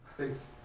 Thanks